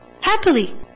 Happily